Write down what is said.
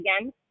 again